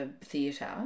theatre